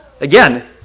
Again